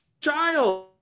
child